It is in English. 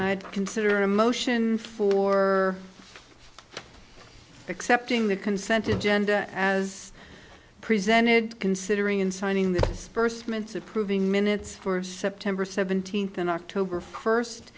i'd consider a motion for accepting the consent to genda as presented considering in signing the dispersement approving minutes for september seventeenth and october first